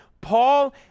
Paul